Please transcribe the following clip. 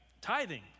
tithing